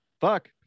fuck